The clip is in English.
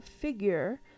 figure